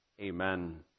amen